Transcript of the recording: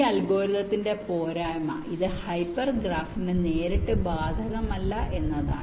ഈ അൽഗോരിതത്തിന്റെ പോരായ്മ ഇത് ഹൈപ്പർ ഗ്രാഫിന് നേരിട്ട് ബാധകമല്ല എന്നതാണ്